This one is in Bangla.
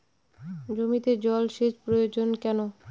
জমিতে জল সেচ প্রয়োজন কেন?